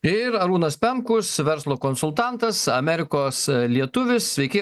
ir arūnas pemkus verslo konsultantas amerikos lietuvis sveiki